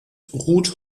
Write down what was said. ruth